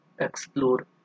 explore